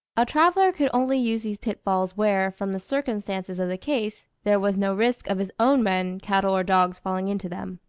a traveller could only use these pitfalls where, from the circumstances of the case, there was no risk of his own men, cattle, or dogs falling into them.